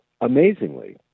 amazingly